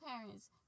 parents